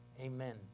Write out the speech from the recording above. Amen